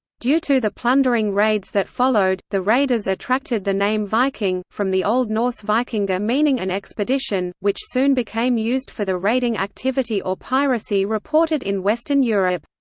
due to the plundering raids that followed, the raiders attracted the name viking from the old norse vikingr meaning an expedition which soon became used for the raiding activity or piracy reported in western europe.